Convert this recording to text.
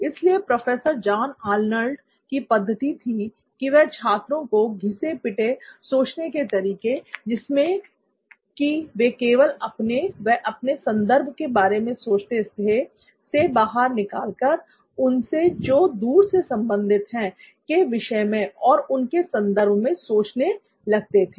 इसलिए professor John Arnold की पद्धति थी कि वह छात्रों को घिसे पिटे सोचने के तरीके जिसमें की वे केवल अपने व अपने संदर्भ के बारे में सोचते थे से बाहर निकाल कर उनसे जो दूर से संबंधित हैं के विषय में और उनके सन्दर्भ से सोचने की ओर ले जाते थे